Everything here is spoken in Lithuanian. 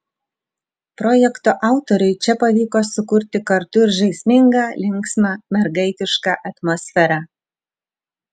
projekto autoriui čia pavyko sukurti kartu ir žaismingą linksmą mergaitišką atmosferą